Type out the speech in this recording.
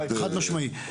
חד משמעית.